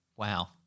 Wow